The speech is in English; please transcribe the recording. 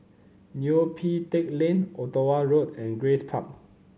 Neo Pee Teck Lane Ottawa Road and Grace Park